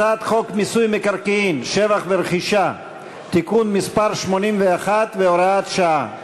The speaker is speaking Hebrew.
הצעת חוק מיסוי מקרקעין (שבח ורכישה) (תיקון מס' 81 והוראת שעה).